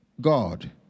God